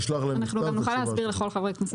נשלח להם מכתב,